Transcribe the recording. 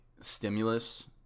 stimulus